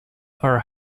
are